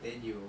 then you